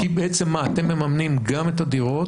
כי אתם מממנים גם את הדירות?